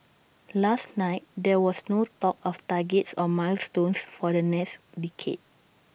last night there was no talk of targets or milestones for the next decade